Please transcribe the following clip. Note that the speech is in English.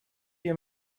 you